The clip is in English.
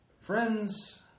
Friends